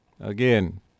Again